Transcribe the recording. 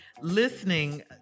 listening